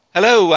Hello